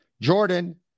Jordan